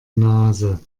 nase